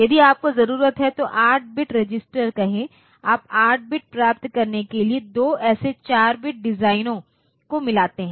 यदि आपको जरूरत है तो 8 बिट रजिस्टर कहें आप 8 बिट प्राप्त करने के लिए दो ऐसे 4 बिट डिजाइनों को मिलाते हैं